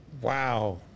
Wow